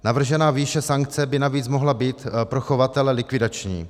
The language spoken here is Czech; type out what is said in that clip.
Navržená výše sankce by navíc mohla být pro chovatele likvidační.